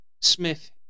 Smith